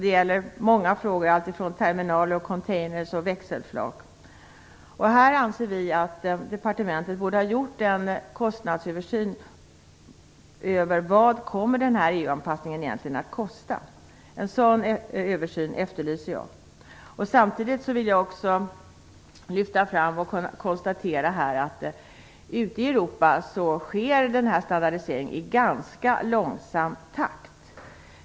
Det gäller många frågor, alltifrån terminaler och containrar till växelflak. Här anser vi att departementet borde ha gjort en kostnadsöversyn när det gäller vad EU-anpassningen egentligen kommer att kosta. En sådan översyn efterlyser jag. Samtidigt vill jag också lyfta fram konstaterandet att standardiseringen ute i Europa sker i ganska långsam takt.